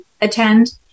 attend